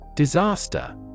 Disaster